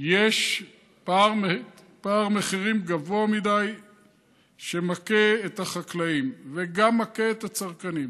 יש פער מחירים גבוה מדי שמכה את החקלאים וגם מכה את הצרכנים.